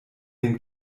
den